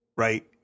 Right